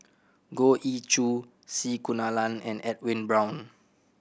Goh Ee Choo C Kunalan and Edwin Brown